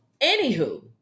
anywho